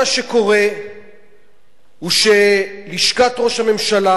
מה שקורה הוא שלשכת ראש הממשלה,